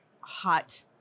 hot